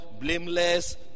blameless